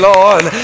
Lord